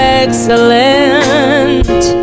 excellent